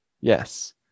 Yes